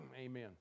Amen